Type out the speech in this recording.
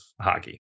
hockey